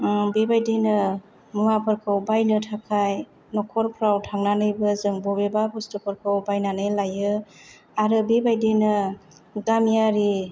बेबायदिनो मुवाफोरखौ बायनो थाखाय नखरफ्राव थांनानैबो जों बबेबा बुस्थुफोरखौ बायनानै लायो आरो बेबादिनो गामियारि